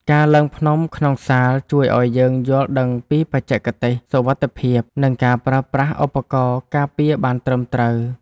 ការឡើងភ្នំក្នុងសាលជួយឱ្យយើងយល់ដឹងពីបច្ចេកទេសសុវត្ថិភាព និងការប្រើប្រាស់ឧបករណ៍ការពារបានត្រឹមត្រូវ។